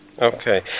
Okay